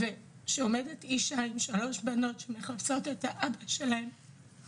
ועומדת אישה עם שלוש בנות שמחפשות את אבא שלהן,